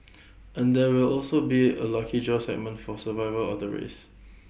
and there will also be A lucky draw segment for survivor of the race